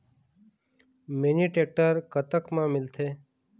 Mini tractor कतक म मिलथे?